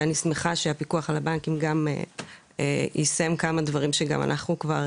שאני שמחה שהפיקוח על הבנקים גם יישם כמה דברים שגם אנחנו כבר